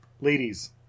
ladies